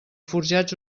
forjats